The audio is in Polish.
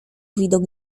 widok